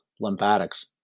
lymphatics